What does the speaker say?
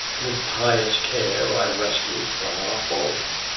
with pious care i rescued from our foes.